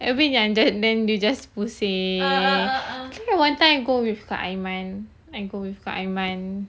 habis yang then we just pusing I remember one time I go with kak aiman I go with kak aiman